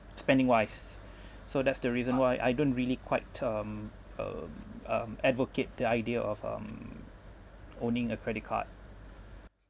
spending wise so that's the reason why I don't really quite um um um advocate the idea of um owning a credit card